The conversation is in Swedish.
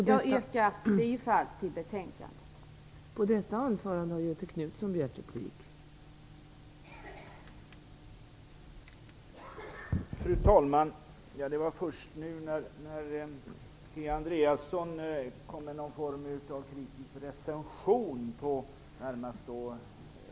Jag yrkar bifall till hemställan i betänkandet.